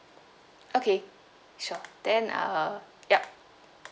okay sure then uh ya